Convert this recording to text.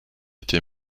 été